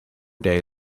day